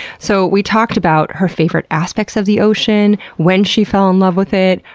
so we talked about her favorite aspects of the ocean, when she fell in love with it,